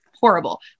Horrible